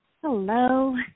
Hello